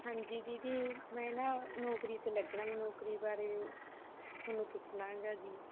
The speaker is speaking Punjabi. ਹਾਂਜੀ ਦੀਦੀ ਮੈਂ ਨਾ ਨੌਕਰੀ 'ਤੇ ਲੱਗਣਾ ਮੈਂ ਨੌਕਰੀ ਬਾਰੇ ਤੁਹਾਨੂੰ ਪੁੱਛਣਾ ਹੈਗਾ ਜੀ